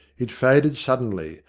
it faded suddenly,